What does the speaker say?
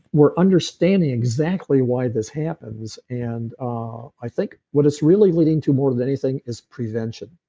we're understanding exactly why this happens. and ah i think what it's really leading to more than anything is prevention.